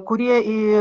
kurie į